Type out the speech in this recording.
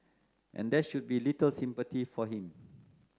and there should be little sympathy for him